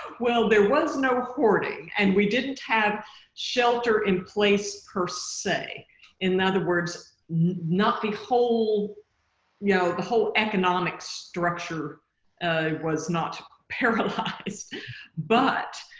well, there was no hoarding and we didn't have shelter in place persay in other words not the whole you know the whole economic structure was not paralyzed but